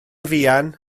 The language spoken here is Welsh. fuan